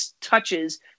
touches